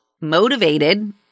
Motivated